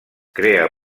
crea